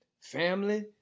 Family